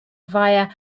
via